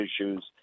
issues